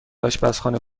آشپزخانه